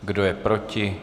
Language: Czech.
Kdo je proti?